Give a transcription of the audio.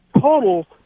total